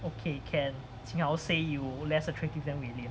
okay can jing hao say you less attractive than wei lin